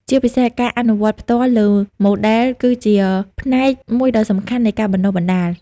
ជាពិសេសការអនុវត្តផ្ទាល់លើម៉ូដែលគឺជាផ្នែកមួយដ៏សំខាន់នៃការបណ្តុះបណ្តាល។